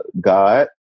God